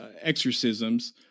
exorcisms